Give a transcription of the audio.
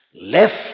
left